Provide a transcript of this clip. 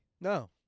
No